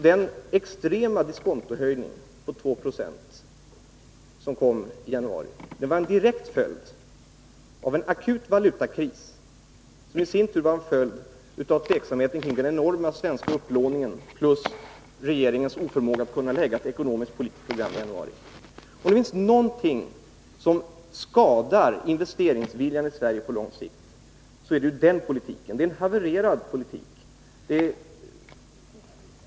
Den extrema diskontohöjning med 2 96 som infördes i januari var en direkt följd av en akut valutakris, som i sin tur var en följd av tveksamheten kring den enorma svenska upplåningen. Därtill kom regeringens oförmåga när det gällde att lägga fram ett ekonomisk-politiskt program i januari. Om det är någonting som skadar investeringsviljan i Sverige på lång sikt, så är det en sådan politik. Det är en havererad politik.